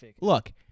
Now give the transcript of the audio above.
Look